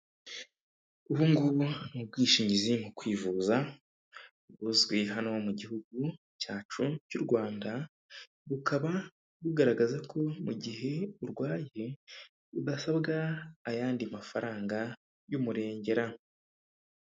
Ubungubu ni ubwishingizi mu kwivuza, buzwi hano mu gihugu cyacu cy'u Rwanda, bukaba bugaragaza ko mu gihe urwaye, udasabwa ayandi mafaranga y'umurengera.